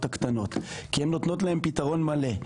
הקטנות כי הן נותנות להם פתרון מלא.